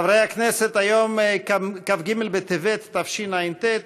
חברי הכנסת, היום כ"ג בטבת התשע"ט,